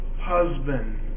husband